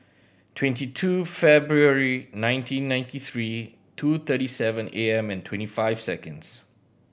twenty two February nineteen ninety three two thirty seven A M and twenty five seconds